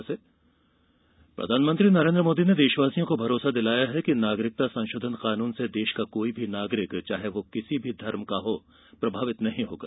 PM appeal प्रधानमंत्री नरेन्द्र मोदी ने देशवासियों को भरोसा दिलाया है कि नागरिकता संशोधन कानून से देश का कोई भी नागरिक चाहे वह किसी भी धर्म का हो प्रभावित नहीं होगा